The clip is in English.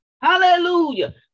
Hallelujah